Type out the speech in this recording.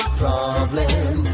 problem